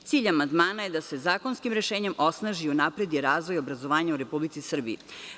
Cilj amandmana je da se zakonskim rešenjem osnaži, unapredi razvoj obrazovanja u Republici Srbiji.